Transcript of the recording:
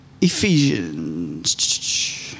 Ephesians